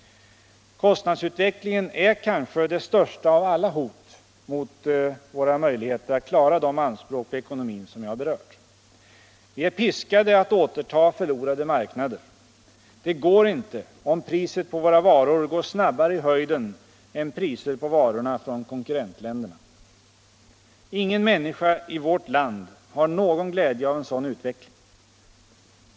Kostnadsutvecklingen är kanske det största av alla hot mot våra möjligheter att klara de anspråk på ekonomin som jag berört. Vi är piskade att återta förlorade marknader. Det går inte om priset på våra varor går snabbare i höjden än priset på varorna från konkurrentländerna. Ingen människa i vårt land har någon glädje av en sådan utveckling.